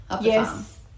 Yes